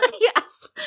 Yes